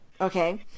okay